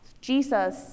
Jesus